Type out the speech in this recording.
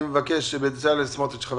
חבר